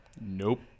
Nope